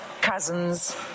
cousins